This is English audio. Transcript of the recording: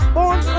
Born